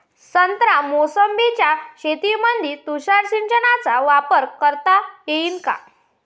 संत्रा मोसंबीच्या शेतामंदी तुषार सिंचनचा वापर करता येईन का?